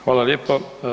Hvala lijepo.